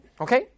Okay